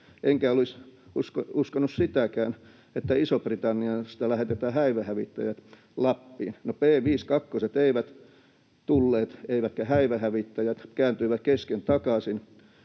Enkä olisi uskonut sitäkään, että Isosta-Britanniasta lähetetään häivehävittäjät Lappiin. No, B-52:t eivät tulleet eivätkä häivehävittäjät, kääntyivät kesken takaisin,